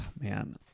man